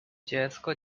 dziecko